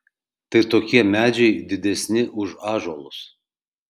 tai tokie medžiai didesni už ąžuolus